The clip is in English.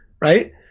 right